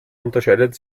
unterscheidet